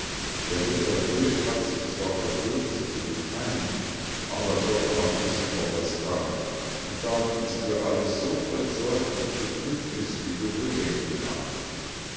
der ritter röd hat sich zwar verbürgt sie zu befreien aber gott mag wissen ob er's kann und darum ist hier alles so voll sorge und betrübniß wie du wohl denken kannst